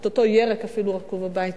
אפילו את אותו ירק רקוב הביתה.